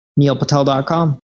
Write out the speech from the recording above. neilpatel.com